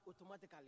automatically